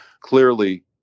clearly